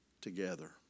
together